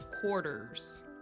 quarters